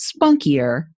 spunkier